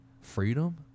freedom